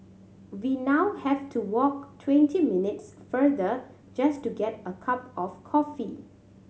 we now have to walk twenty minutes further just to get a cup of coffee